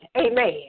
Amen